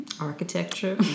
architecture